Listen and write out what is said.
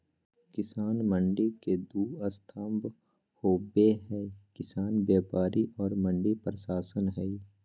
किसान मंडी के दू स्तम्भ होबे हइ किसान व्यापारी और मंडी प्रशासन हइ